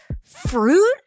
fruit